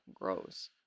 gross